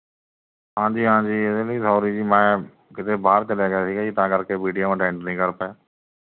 ਹਾਂਜੀ ਹਾਂਜੀ ਇਹਦੇ ਲਈ ਸੌਰੀ ਜੀ ਮੈਂ ਕਿਤੇ ਬਾਹਰ ਚਲਿਆ ਗਿਆ ਸੀ ਜੀ ਤਾਂ ਕਰਕੇ ਪੀ ਟੀ ਐੱਮ ਅਟੈਂਡ ਨਹੀਂ ਕਰ ਪਾਇਆ